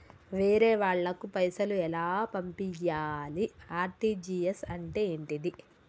వేరే వాళ్ళకు పైసలు ఎలా పంపియ్యాలి? ఆర్.టి.జి.ఎస్ అంటే ఏంటిది?